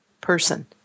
person